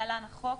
(להלן החוק),